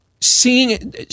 seeing